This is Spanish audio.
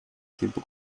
tiempo